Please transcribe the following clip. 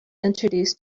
introduce